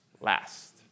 last